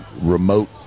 remote